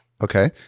Okay